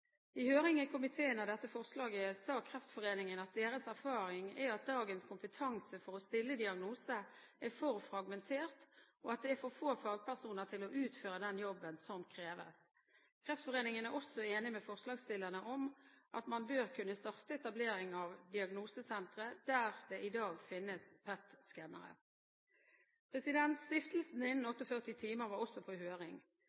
I høring i komiteen av dette forslaget sa Kreftforeningen at deres erfaring er at dagens kompetanse for å stille diagnose er for fragmentert, og at det er for få fagpersoner til å utføre den jobben som kreves. Kreftforeningen er også enig med forslagsstillerne i at man bør kunne starte etablering av diagnosesentre der det i dag finnes PET-skannere. Stiftelsen Innen